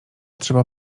trzeba